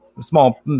small